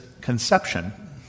conception